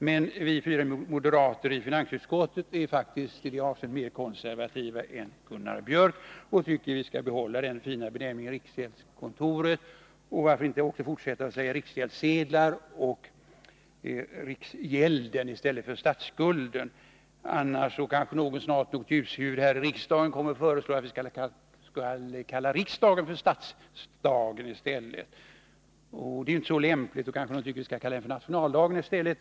Men vi fyra moderater i finansutskottet är faktiskt i det avseendet mer konservativa än Gunnar Biörck och tycker att vi skall behålla den fina benämningen riksgäldskontoret; och varför inte också fortsätta att säga riksgäldssedlar och riksgälden i stället för statsskulden? Annars kanske snart nog något ljushuvud här i riksdagen kommer att föreslå att vi skall kalla riksdagen för statsdagen. Det är inte så lämpligt, och då kanske någon tycker att vi skall kalla den för nationaldagen i stället.